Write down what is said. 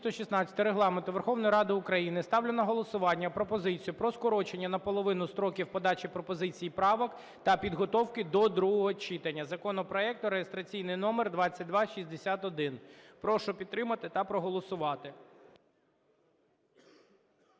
Прошу підтримати та проголосувати.